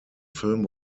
film